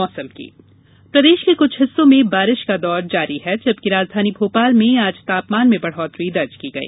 मौसम प्रदेश के कुछ हिस्सों में बारिश का दौर जारी है जबकि राजधानी भोपाल में आज तापमान में बढ़ोतरी दर्ज की गई